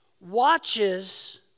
watches